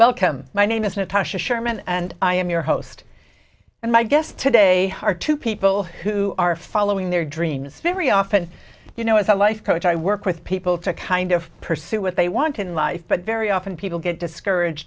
welcome my name is natasha sherman and i am your host and my guest today are two people who are following their dreams very often you know as a life coach i work with people to kind of pursue what they want in life but very often people get discouraged